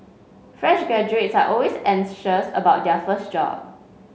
fresh graduates are always anxious about their first job